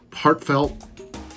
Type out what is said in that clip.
Heartfelt